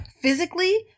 Physically